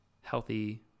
healthy